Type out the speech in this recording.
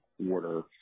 quarter